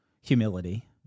humility